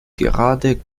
gerade